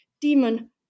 demon